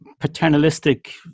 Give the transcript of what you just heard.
paternalistic